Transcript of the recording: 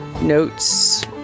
notes